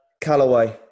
Callaway